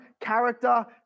character